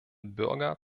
bürger